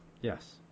Yes